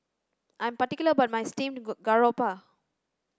I am particular about my steamed garoupa